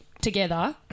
together